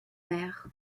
mère